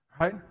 Right